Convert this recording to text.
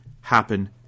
happen